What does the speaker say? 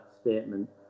statement